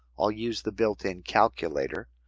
i'll use the built-in calculator.